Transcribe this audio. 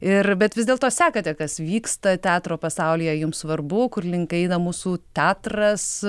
ir bet vis dėlto sekate kas vyksta teatro pasaulyje jums svarbu kur link eina mūsų teatras